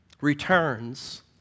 returns